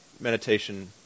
meditation